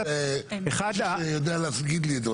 רגע, אני רוצה מישהו שיודע להגיד לי את זה.